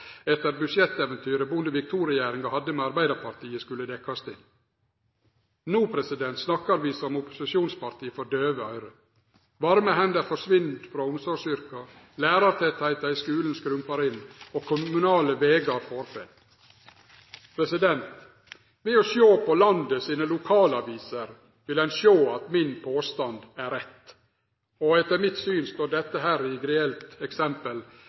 etter budsjetteventyret Bondevik II-regjeringa hadde med Arbeidarpartiet – skulle dekkjast inn. No snakkar vi som opposisjonsparti for døve øyre. Varme hender forsvinn frå omsorgsyrka, lærartettleiken i skulen skrumpar inn, og kommunale vegar forfell. Ved å sjå på landets lokalaviser vil ein sjå at min påstand er rett. Etter mitt syn står dette som eit grelt eksempel